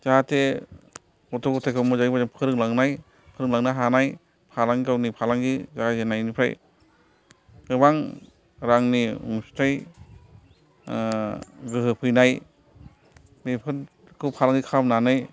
जाहाते गथ' गथायखौ मोजाङै मोजां फोरोंलांनाय फोरोंलांनो हानाय फालांगि गावनि फालांगि जागायजेन्नायनिफ्राय गोबां रांनि अनसुंथाय गोहो फैनाय बेफोरखौ फालांगि खालामनानै